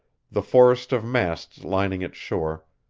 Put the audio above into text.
the forest of masts lining its shore,